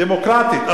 דמוקרטית.